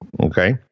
Okay